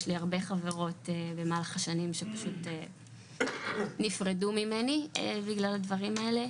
יש לי הרבה חברות במהלך השנים שפשוט נפרדו ממני בגלל הדברים האלה,